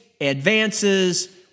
advances